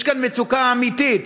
יש כאן מצוקה אמיתית.